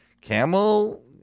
Camel